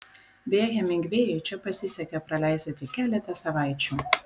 beje hemingvėjui čia pasisekė praleisti tik keletą savaičių